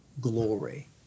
glory